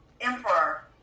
emperor